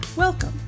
Welcome